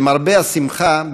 למרבה השמחה,